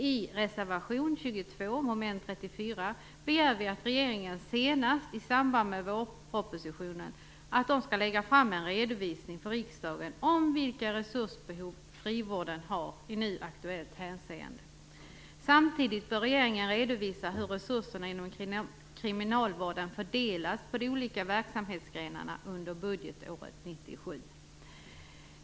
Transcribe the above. I reservation 22 mom. 34 begär vi att regeringen senast i samband med vårpropositionen skall lägga fram en redovisning till riksdagen om vilka resursbehov frivården har i nu aktuellt hänseende. Samtidigt bör regeringen redovisa hur resurserna inom kriminalvården fördelas på de olika verksamhetsgrenarna under budgetåret 1997.